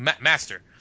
Master